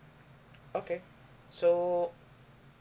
okay so